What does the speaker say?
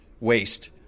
waste